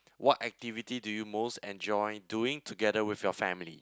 what activity do you most enjoy doing together with your family